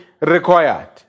required